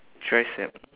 tricep